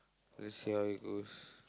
let see how it goes